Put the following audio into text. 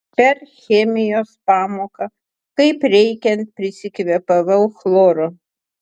per chemijos pamoką kaip reikiant prisikvėpavau chloro